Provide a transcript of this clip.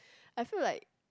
I feel like